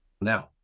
now